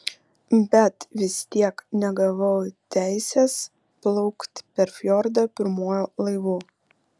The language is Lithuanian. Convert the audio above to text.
bet vis tiek negavau teisės plaukti per fjordą pirmuoju laivu